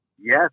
yes